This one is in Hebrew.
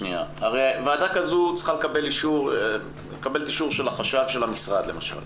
הרי ועדה כזו צריכה לקבל אישור של החשב של המשרד למשל.